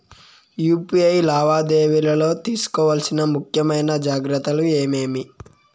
UPI లావాదేవీలలో తీసుకోవాల్సిన ముఖ్యమైన జాగ్రత్తలు ఏమేమీ?